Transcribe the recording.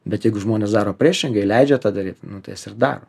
bet jeigu žmonės daro priešingai leidžia tą daryt nu tai jis ir daro